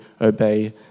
obey